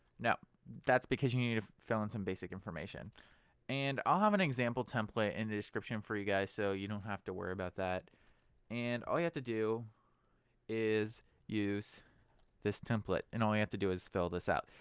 no that's because you need to fill in some basic information and i'll have an example template in the description for you guys so you don't have to worry about that and all you have to do is use this template and all we have to do is fill this out.